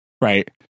right